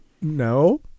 No